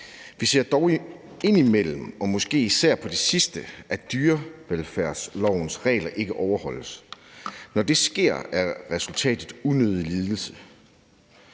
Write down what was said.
Vi ser dog indimellem og måske især på det sidste, at dyrevelfærdslovens regler ikke overholdes. Når det sker, er resultatet unødig lidelse.